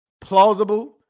plausible